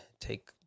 take